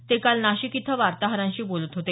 ते काल नाशिक इथं वार्ताहरांशी बोलत होते